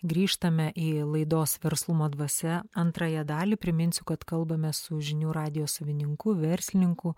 grįžtame į laidos verslumo dvasia antrąją dalį priminsiu kad kalbame su žinių radijo savininku verslininku